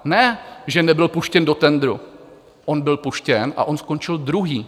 Ne že nebyl puštěn do tendru, on byl puštěn a on skončil druhý.